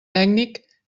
tècnic